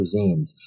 cuisines